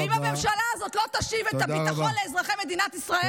ואם הממשלה הזאת לא תשיב את הביטחון לאזרחי מדינת ישראל,